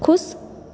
खुश